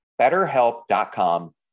BetterHelp.com